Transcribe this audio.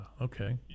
okay